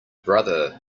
brother